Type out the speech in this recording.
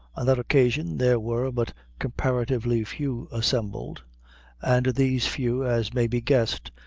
on that occasion, there were but comparatively few assembled and these few, as may be guessed,